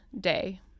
Day